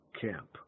camp